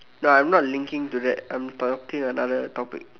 no I'm not linking to that I'm talking another topic